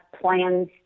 plans